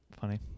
funny